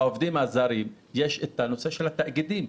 לעובדים הזרים יש את נושא התאגידים.